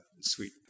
sweet